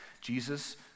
Jesus